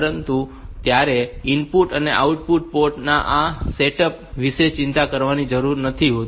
તેથી તમારે ઇનપુટ અને આઉટપુટ પોર્ટ ના સેટઅપ વિશે ચિંતા કરવાની જરૂર નથી હોતી